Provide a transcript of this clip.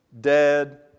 dead